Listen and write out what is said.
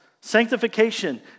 sanctification